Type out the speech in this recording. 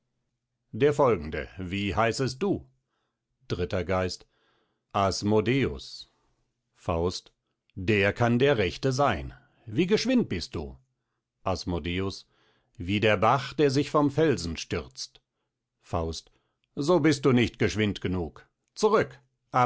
der folgende wie heißest du dritter geist asmodeus faust der kann der rechte sein wie geschwind bist du asmodeus wie der bach der sich vom felsen stürzt faust so bist du nicht geschwind genug zurück